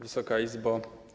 Wysoka Izbo!